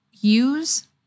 use